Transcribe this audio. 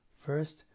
first